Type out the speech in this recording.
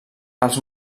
els